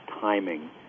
timing